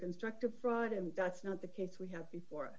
constructive fraud and that's not the case we have before